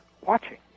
watching